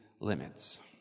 limits